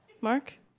Mark